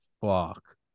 fuck